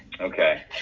Okay